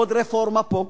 עוד רפורמה פה,